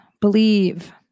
believe